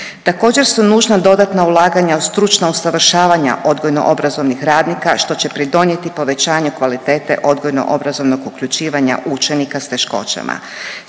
Također su nužna dodatna ulaganja u stručna usavršavanja odgojno obrazovnih radnika, što će pridonijeti povećanju kvalitete odgojno obrazovnog uključivanja učenika s teškoćama.